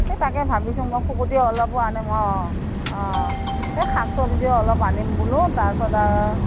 এই তাকে ভাবিছোঁ মই শুকুতি অলপো আনিম অ অ অ এই শাক চবজি অলপ আনিম বোলো তাৰপিছত আৰু